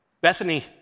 Bethany